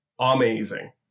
amazing